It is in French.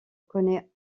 connaît